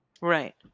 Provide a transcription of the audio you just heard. Right